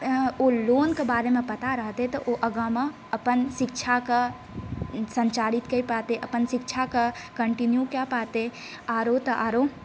ओ लोनके बारेमे पता रहतै तऽ ओ आगाँमे अपन शिक्षाके सञ्चारित कए पाबितै अपन शिक्षाके कन्टीन्यु कए पातै आरो तऽ आरो